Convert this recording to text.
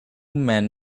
men